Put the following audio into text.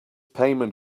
payment